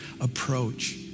approach